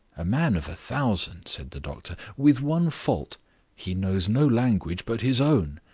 a man of a thousand, said the doctor. with one fault he knows no language but his own.